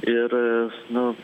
ir nu